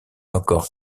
encore